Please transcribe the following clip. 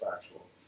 factual